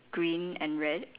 green and red